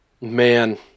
man